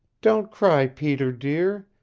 don't cry, peter, dear.